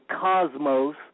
cosmos